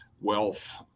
wealth